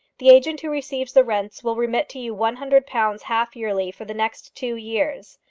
the agent who receives the rents will remit to you one hundred pounds half yearly for the next two years.